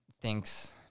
thinks